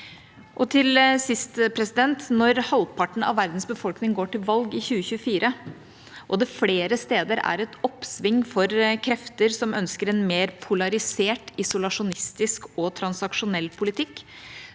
av. Til sist: Når halvparten av verdens befolkning går til valg i 2024, og det flere steder er et oppsving for krefter som ønsker en mer polarisert, isolasjonistisk og transaksjonell politikk,